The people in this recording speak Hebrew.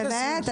באמת?